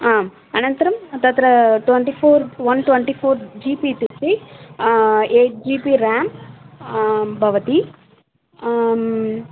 आम् अनन्तरं तत्र twenty four one twenty four G P इत्युक्ते एय्ट् जि पि रेम् भवति